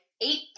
eight